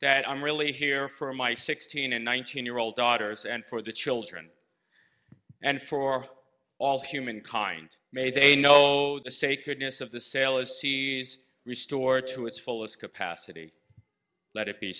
that i'm really here for my sixteen and nineteen year old daughters and for the children and for all humankind may they know the sacredness of the sale is seize restore to its fullest capacity let it be